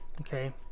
Okay